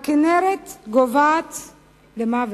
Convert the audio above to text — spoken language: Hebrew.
הכינרת גוועת למוות.